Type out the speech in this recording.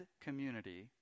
community